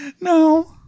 No